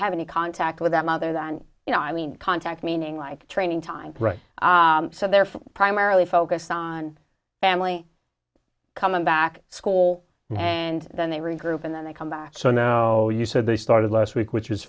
have any contact with them other than you know i mean contact meaning like training time so they're primarily focused on family coming back to school and then they regroup and then they come back so no you said they started last week which